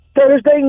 Thursday